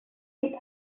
really